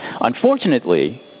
unfortunately